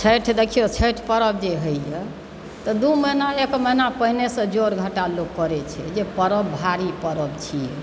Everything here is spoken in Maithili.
छठि देखियौ छठि पर्व जे होइए तऽ दू महिना एक महिना पहिनेसँ जोड़ घाटा लोक करैत छै जे पर्व भारी पर्व छियै